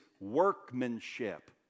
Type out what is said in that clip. workmanship